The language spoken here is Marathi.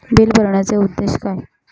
बिल भरण्याचे उद्देश काय?